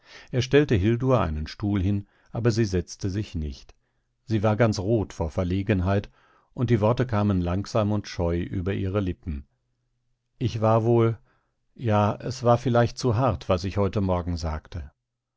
er stellte hildur einen stuhl hin aber sie setzte sich nicht sie war ganz rot vor verlegenheit und die worte kamen langsam und scheu über ihre lippen ich war wohl ja es war vielleicht zu hart was ich heute morgen sagte